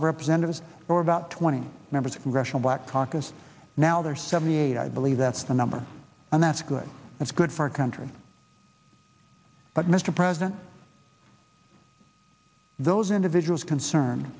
of representatives for about twenty members of congressional black caucus now they're seventy eight i believe that's the number and that's good that's good for our country but mr president those individuals concerned